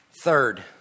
Third